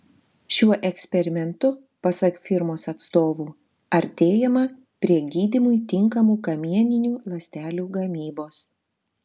šiuo eksperimentu pasak firmos atstovų artėjama prie gydymui tinkamų kamieninių ląstelių gamybos